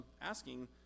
asking